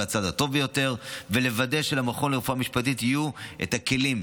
הצד הטוב ביותר ולוודא שלמכון לרפואה משפטית יהיו את הכלים,